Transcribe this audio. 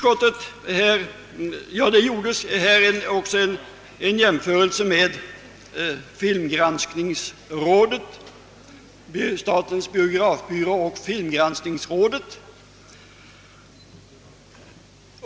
Det har också gjorts en jämförelse mellan den granskning som utförs av statens biografbyrå och den som utförs av statens filmgranskningsråd.